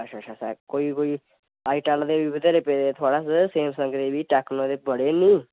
अच्छा अच्छा अच्छा कोई कोई आई टैल दे बी बथेरे पेदे थोहाड़े'श सेमसंग दे बी टेक्नो दे बी बड़े नी